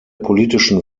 politischen